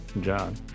John